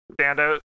standout